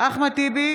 אחמד טיבי,